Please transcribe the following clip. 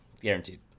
guaranteed